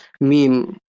meme